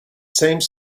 same